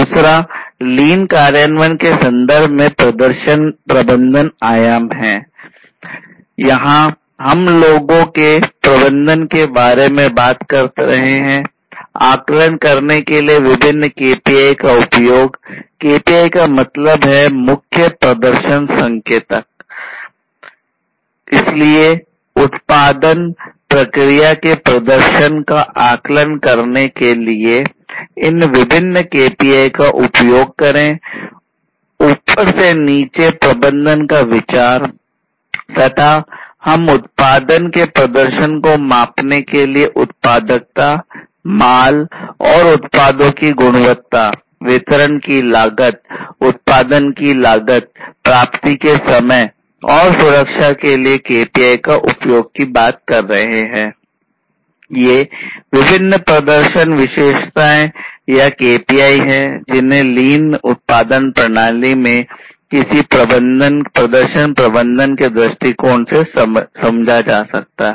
दूसरा लीन उत्पादन प्रणाली में किसी प्रदर्शन प्रबंधन के दृष्टिकोण से समझा जाता है